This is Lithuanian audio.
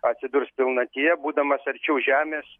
atsidurs pilnatyje būdamas arčiau žemės